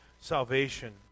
salvation